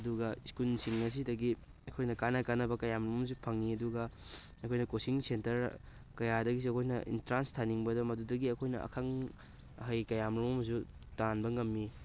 ꯑꯗꯨꯒ ꯁ꯭ꯀꯨꯜꯁꯤꯡ ꯑꯁꯤꯗꯒꯤ ꯑꯩꯈꯣꯏꯅ ꯀꯥꯟꯅ ꯀꯥꯟꯅꯕ ꯀꯌꯥ ꯃꯔꯨꯃ ꯑꯃꯁꯨ ꯐꯪꯉꯤ ꯑꯗꯨꯒ ꯑꯩꯈꯣꯏꯅ ꯀꯣꯆꯤꯡ ꯁꯦꯟꯇꯔ ꯀꯌꯥꯗꯒꯤꯁꯨ ꯑꯩꯈꯣꯏꯅ ꯑꯦꯟꯇ꯭ꯔꯥꯟꯁ ꯊꯥꯅꯤꯡꯕꯗ ꯃꯗꯨꯗꯒꯤ ꯑꯩꯈꯣꯏꯅ ꯑꯈꯪ ꯑꯍꯩ ꯀꯌꯥꯃꯔꯣꯝ ꯑꯃꯁꯨ ꯇꯥꯟꯕ ꯉꯝꯃꯤ